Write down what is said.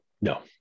No